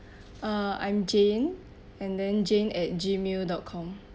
uh I'm jane and then jane at Gmail dot com